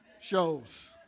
shows